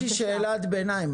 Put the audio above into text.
יש לי שאלת ביניים.